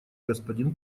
господин